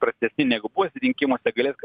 prastesni negu buvusiuose rinkimuose galės